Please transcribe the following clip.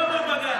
לא עובר בג"ץ.